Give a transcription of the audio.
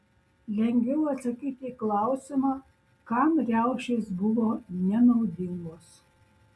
lengviau atsakyti į klausimą kam riaušės buvo nenaudingos